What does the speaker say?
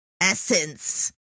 essence